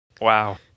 Wow